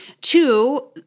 Two